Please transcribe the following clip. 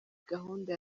gahunda